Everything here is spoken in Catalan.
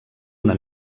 una